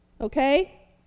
Okay